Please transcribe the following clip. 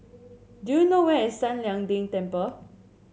do you know where is San Lian Deng Temple